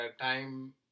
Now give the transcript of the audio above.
time